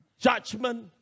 Judgment